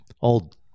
old